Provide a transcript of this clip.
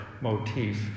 motif